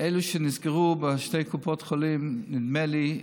אלו שנסגרו הם בשתי קופות חולים, נדמה לי,